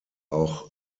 auch